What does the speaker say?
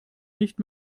nicht